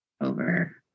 over